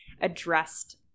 addressed